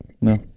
No